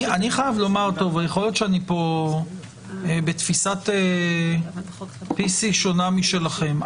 יכול להיות שאני פה בתפיסת PC שונה משלכם.